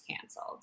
canceled